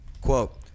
quote